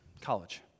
college